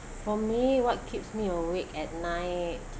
for me what keeps me awake at night